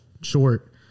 short